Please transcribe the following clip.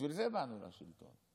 בשביל זה באנו לשלטון.